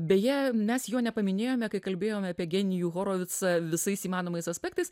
beje mes jo nepaminėjome kai kalbėjome apie genijų horovicą visais įmanomais aspektais